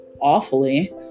awfully